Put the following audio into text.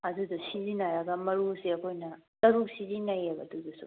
ꯑꯗꯨꯗꯣ ꯁꯤꯖꯤꯟꯅꯔꯒ ꯃꯔꯨꯁꯦ ꯑꯩꯈꯣꯏꯅ ꯇꯔꯨꯛ ꯁꯤꯖꯤꯟꯅꯩꯌꯦꯕ ꯑꯗꯨꯗꯁꯨ